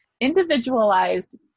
individualized